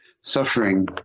suffering